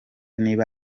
niba